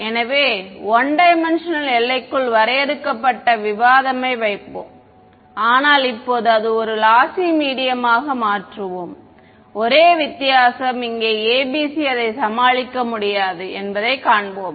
எனவே 1D எல்லைக்குள் வரையறுக்கப்பட்ட விவாதம் யை வைப்போம் ஆனால் இப்போது அதை ஒரு லாசி மீடியம்மாக மாற்றுவோம் ஒரே வித்தியாசம் இங்கே ABC அதை சமாளிக்க முடியாது என்பதைக் காண்போம்